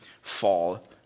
fall